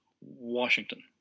Washington